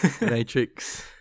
Matrix